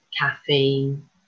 caffeine